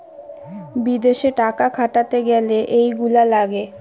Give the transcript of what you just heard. বিদেশে টাকা খাটাতে গ্যালে এইগুলা লাগে